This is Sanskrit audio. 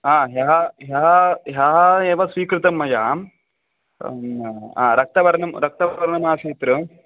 ह्यः ह्यः ह्यः एव स्वीकृतं मया रक्तवर्णं रक्तवर्णम् आसीत्